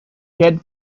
had